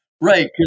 Right